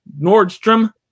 Nordstrom